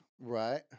right